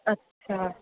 अच्छा